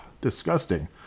disgusting